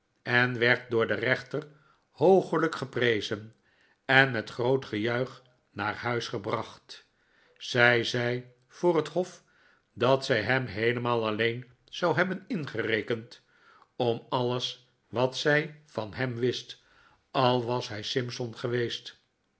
en werd door den rechter hoogelijk geprezen en met groot gejuich naar huis gebracht zij zei voor het hof dat zij hem heelemaal alleen zou hebben ingerekend om alles wat zij van hem wist al was hij simson geweest